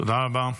תודה רבה.